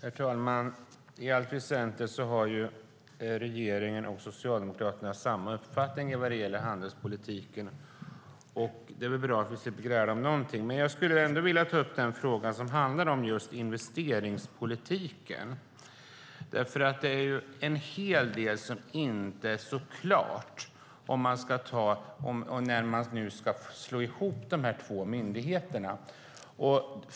Herr talman! I allt väsentligt har regeringen och Socialdemokraterna samma uppfattning vad gäller handelspolitiken. Det är väl bra att det finns någonting vi slipper gräla om. Jag skulle ändå vilja ta upp frågan om investeringspolitiken. Det är en hel del som inte är så klart när man nu ska slå ihop de två myndigheterna.